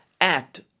act